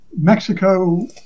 Mexico